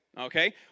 Okay